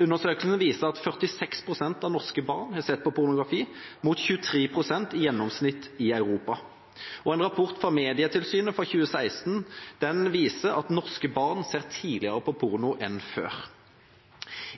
Undersøkelsen viser at 46 pst. av norske barn har sett på pornografi, mot 23 pst. i gjennomsnitt i Europa. En rapport fra Medietilsynet fra 2016 viser at norske barn ser tidligere på porno enn før.